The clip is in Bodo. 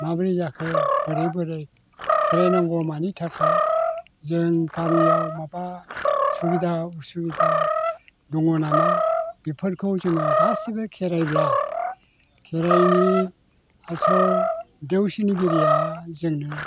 माब्रै जाखो बोरै बोरै खेराइ नांगौआ मानि थाखाय जों गामियाव माबा सुबिदा उसुबिदा दङ नामा बेफोरखौ जोङो गासिबो खेराइब्ला खेराइनि आसल देवसिनिगिरिया जोंनो